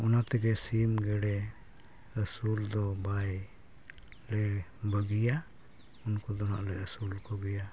ᱚᱱᱟ ᱛᱮᱜᱮ ᱥᱤᱢᱼᱜᱮᱰᱮ ᱟᱹᱥᱩᱞᱫᱚ ᱵᱟᱞᱮ ᱵᱟᱹᱜᱤᱭᱟ ᱩᱱᱠᱩᱫᱚ ᱱᱟᱦᱟᱜᱞᱮ ᱟᱹᱥᱩᱞ ᱠᱚᱜᱮᱭᱟ